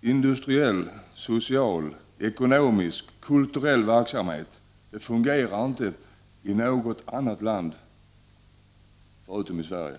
industriell, social, ekonomisk och kulturell verksamhet inte fungerar i något land förutom Sverige.